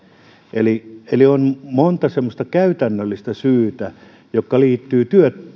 eli eli on monta käytännöllistä syytä jotka liittyvät